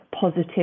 positive